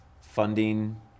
funding